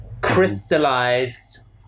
crystallized